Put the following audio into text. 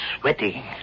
sweating